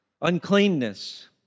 Uncleanness